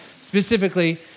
Specifically